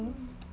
mm